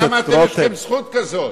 למה אתם לוקחים זכות כזו?